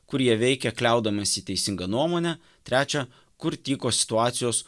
kur jie veikė kliaudamiesi teisinga nuomone trečia kur tyko situacijos